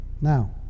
Now